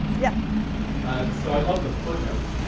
yeah so i love the footnotes